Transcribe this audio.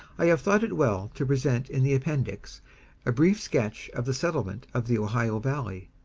i have thought it well to present in the appendix a brief sketch of the settlement of the ohio valley.